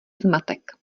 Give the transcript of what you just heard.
zmatek